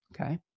Okay